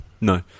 No